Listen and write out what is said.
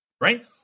right